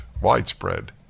widespread